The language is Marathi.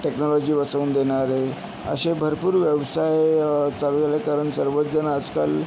टेक्नॉलॉजी बसवून देणारे असे भरपूर व्यवसाय चालू झालेत कारण सर्वच जण आजकाल